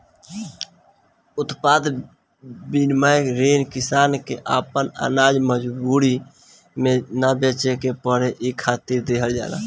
उत्पाद विपणन ऋण किसान के आपन आनाज मजबूरी में ना बेचे के पड़े इ खातिर देहल जाला